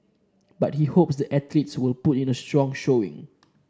but he hopes the athletes will put in a strong showing